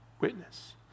witness